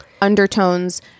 undertones